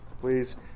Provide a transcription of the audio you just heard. Please